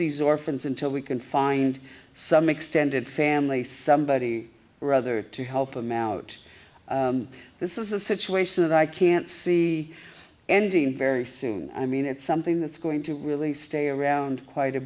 these orphans until we can find some extended family somebody rather to help them out this is a situation that i can't see ending very soon i mean it's something that's going to really stay around quite a